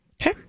Okay